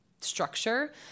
structure